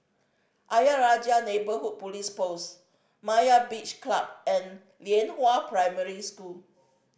Ayer Rajah Neighbourhood Police Post Myra's Beach Club and Lianhua Primary School